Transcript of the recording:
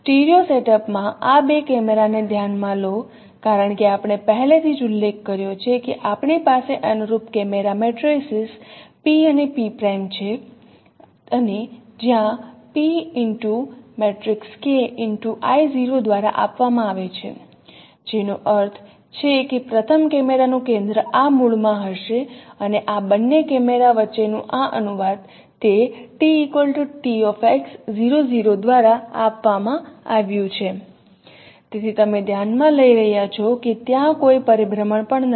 stereo સેટઅપમાં આ બે કેમેરાને ધ્યાનમાં લો કારણ કે આપણે પહેલેથી જ ઉલ્લેખ કર્યો છે કે આપણી પાસે અનુરૂપ કેમેરા મેટ્રિસીસ P અને P' છે અને જ્યાં P K I | 0 દ્વારા આપવામાં આવે છે જેનો અર્થ છે કે પ્રથમ કેમેરાનું કેન્દ્ર આ મૂળમાં હશે અને આ બંને કેમેરા વચ્ચેનું આ અનુવાદ તે દ્વારા આપવામાં આવ્યું છે તેથી તમે ધ્યાન માં લઈ રહ્યા છો કે ત્યાં કોઈ પરિભ્રમણ પણ નથી